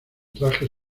traje